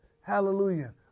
Hallelujah